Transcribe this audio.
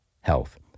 health